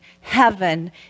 heaven